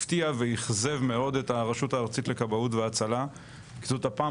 הפתיע ואכזב מאוד את הרשות הארצית לכבאות והצלה כי זאת הפעם